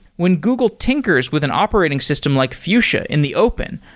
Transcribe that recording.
when google tinkers with an operating system like fuchsia in the open,